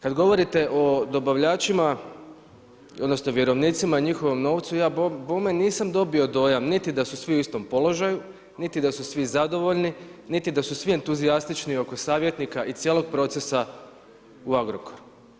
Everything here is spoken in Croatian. Kad govorite o dobavljačima, odnosno vjerovnicima i njihovom novcu ja bome nisam dobio dojam, niti sad su svi u istom položaju, niti da su svi zadovoljni, niti da su svi entuzijastični oko savjetnika i cijelog procesa u Agrokoru.